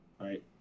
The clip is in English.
Right